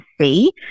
see